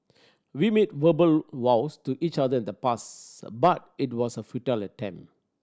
we made verbal vows to each other in the past but it was a futile attempt